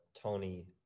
Tony